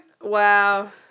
Wow